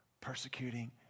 persecuting